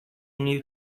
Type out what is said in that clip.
new